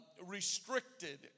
restricted